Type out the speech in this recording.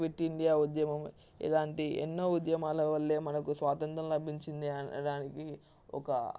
quit India ఉద్యమం ఇలాంటి ఎన్నో ఉద్యమాల వల్లే మనకు స్వాతంత్రం లభించింది అనడానికి ఒక